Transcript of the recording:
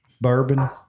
bourbon